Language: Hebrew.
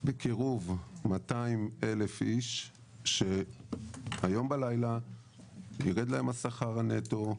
בקירוב 200,000 איש שהיום בלילה ירד להם השכר נטו,